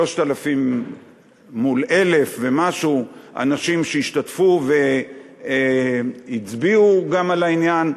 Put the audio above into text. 3,000 מול 1,000 ומשהו אנשים שהשתתפו והצביעו על העניין.